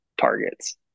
targets